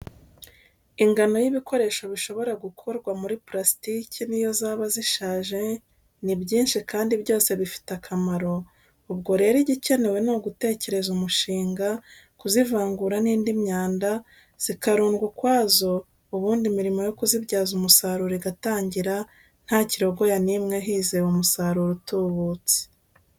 Ingano y'ibikoresho bishobora gukorwa muri purasitiki n'iyo zaba zishaje, ni byinshi kandi byose bifite akamaro, ubwo rero igikenewe ni ugutekereza umushinga, kuzivangura n'indi myanda zikarundwa ukwazo ubundi imirimo yo kuzibyaza umusaruro igatangira nta kirogoya n'imwe hizewe umusaruro utubutse.